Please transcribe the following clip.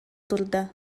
турда